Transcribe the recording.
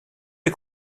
est